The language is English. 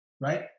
right